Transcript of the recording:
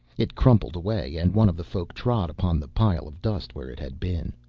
it crumpled away and one of the folk trod upon the pile of dust where it had been.